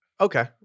Okay